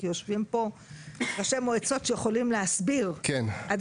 כי יושבים פה ראשי מועצות שיכולים להסביר עד